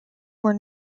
were